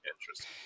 Interesting